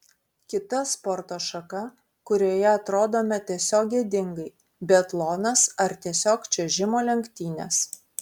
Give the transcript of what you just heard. kita sporto šaka kurioje atrodome tiesiog gėdingai biatlonas ar tiesiog čiuožimo lenktynės